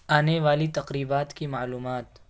آنے والی تقریبات کی معلومات